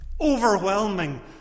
Overwhelming